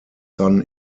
son